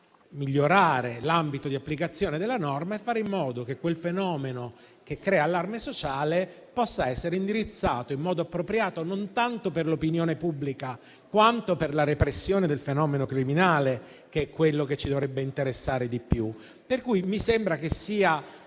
migliorare l'ambito di applicazione della norma e di fare in modo che un fenomeno che crea allarme sociale sia indirizzato in modo appropriato non tanto per l'opinione pubblica, quanto verso la repressione del fenomeno criminale, che è quello che ci dovrebbe interessare di più. Mi sembra quindi